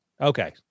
Okay